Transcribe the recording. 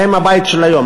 בהם הבית של היום,